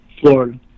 Florida